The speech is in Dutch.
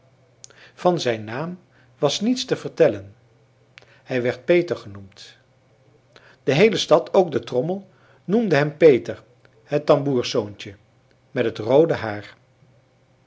van zijn naam was niets te vertellen hij werd peter genoemd de heele stad ook de trommel noemde hem peter het tamboerszoontje met het roode haar